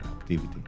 activity